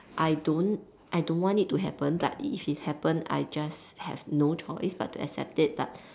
I don't I don't want it to happen like if it happen I just have no choice but to accept it but